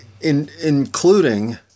including